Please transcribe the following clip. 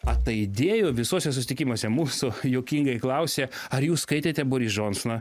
ataidėjo visuose susitikimuose mūsų juokingai klausia ar jūs skaitėte boris džonsoną